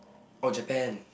oh Japan